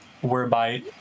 whereby